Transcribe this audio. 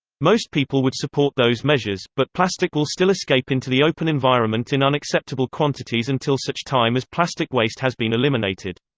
most people would support those measures, but plastic will still escape into the open environment in unacceptable quantities until such time as plastic waste has been eliminated.